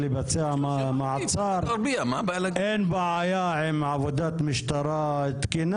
שמיועדת לטפל בכל תיקוני החקיקה העתידיים לקראת הקמת הממשלה,